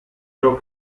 ciò